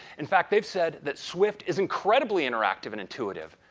in fact, they've said that, swift is incredibly interactive and intuitive,